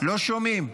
לא שומעים.